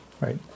Right